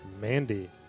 Mandy